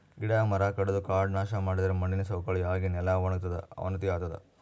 ಗಿಡ ಮರ ಕಡದು ಕಾಡ್ ನಾಶ್ ಮಾಡಿದರೆ ಮಣ್ಣಿನ್ ಸವಕಳಿ ಆಗಿ ನೆಲ ವಣಗತದ್ ಅವನತಿ ಆತದ್